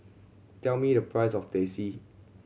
tell me the price of Teh C